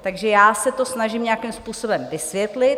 Takže já se to snažím nějakým způsobem vysvětlit.